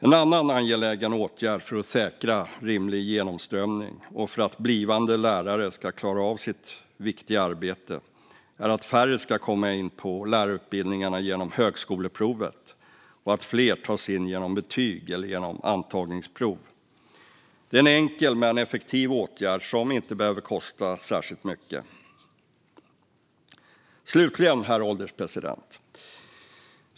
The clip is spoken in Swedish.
En annan angelägen åtgärd för att säkra rimlig genomströmning och för att blivande lärare ska klara av sitt viktiga arbete är att färre ska komma in på lärarutbildningarna genom högskoleprovet och att fler ska tas in genom betyg eller antagningsprov. Det är en enkel men effektiv åtgärd som inte behöver kosta särskilt mycket. Herr ålderspresident!